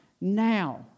now